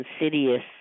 insidious